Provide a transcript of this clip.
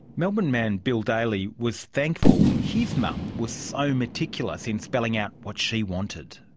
melbourne man bill daly was thankful his mum was so meticulous in spelling out what she wanted.